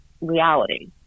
reality